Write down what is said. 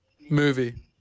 Movie